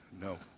no